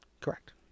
Correct